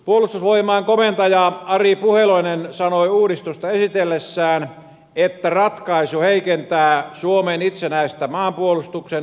puolustusvoimain komentaja ari puheloinen sanoi uudistusta esitellessään että ratkaisu heikentää suomen itsenäisen maanpuolustuksen uskottavuutta